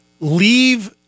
leave